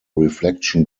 reflection